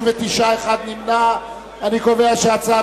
ההצעה